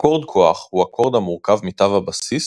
אקורד כוח הוא אקורד המורכב מתו הבסיס,